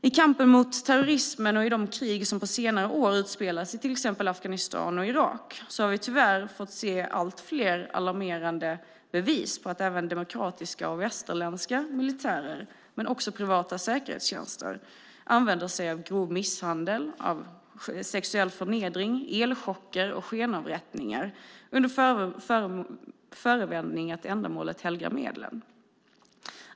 I kampen mot terrorismen och i de krig som på senare år har utspelats i till exempel Afghanistan och Irak har vi tyvärr fått se allt fler alarmerande bevis på att även demokratiska och västerländska militärer och också privata säkerhetstjänster använder grov misshandel, sexuell förnedring, elchocker och skenavrättningar under förevändning att ändamålet helgar medlen.